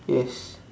yes